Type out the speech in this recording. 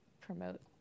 promote